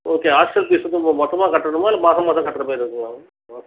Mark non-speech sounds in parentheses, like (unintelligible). okay hostel fees வந்து இப்போ மொத்தமாக கட்டணுமா இல்லை மாதம் மாதம் கட்டுற மாதிரி இருக்குமா மேம் (unintelligible)